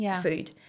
food